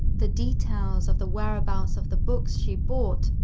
the details of the whereabouts of the books she bought,